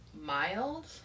mild